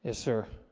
ah sir